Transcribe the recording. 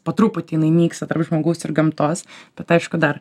po truputį jinai nyksta tarp žmogaus ir gamtos tad aišku dar